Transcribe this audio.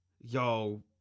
Yo